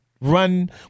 run